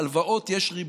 להלוואות יש ריבית,